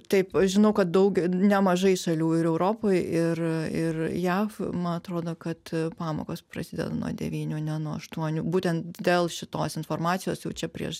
taip aš žinau kad daug nemažai šalių ir europoj ir ir jav man atrodo kad pamokos prasideda nuo devynių ne nuo aštuonių būtent dėl šitos informacijos jau čia prieš